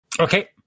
Okay